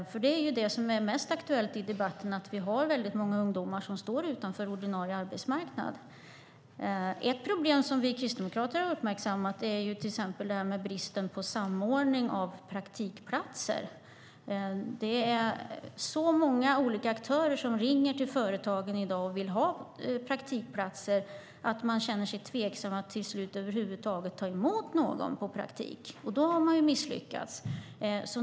Det är det som är mest aktuellt i debatten, att vi har väldigt många ungdomar som står utanför ordinarie arbetsmarknad. Ett problem vi kristdemokrater har uppmärksammat är till exempel bristen på samordning av praktikplatser. Det är så många olika aktörer som ringer till företagen i dag och vill ha praktikplatser att de till slut känner sig tveksamma till att över huvud taget ta emot någon på praktik. Då har man ju misslyckats.